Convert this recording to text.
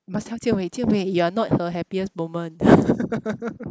must tell jian wei jian wei you are not her happiest moment